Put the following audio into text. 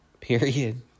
Period